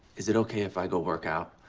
is it okay if i go work out?